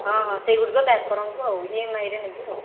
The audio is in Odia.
ହଁ ହଁ ସେଇ ଗୋଟିକ ପ୍ୟାକ୍ କରନ୍ତୁ ଆଉ ଇଏମ୍ଆଇରେ ନେବି ଆଉ